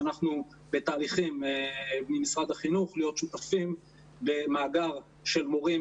שאנחנו בתהליכים להיות שותפים במאגר של מורים